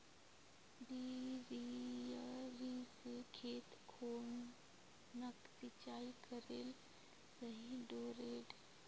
डिरिपयंऋ से खेत खानोक सिंचाई करले सही रोडेर?